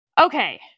Okay